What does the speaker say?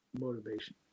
motivation